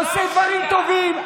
עושה דברים טובים.